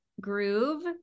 groove